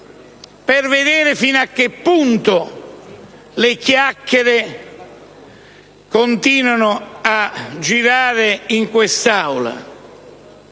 per vedere fino a che punto le chiacchiere continuano a girare in quest'Aula.